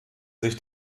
sich